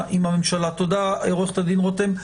תודה, עורכת הדין רותם.